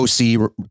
OC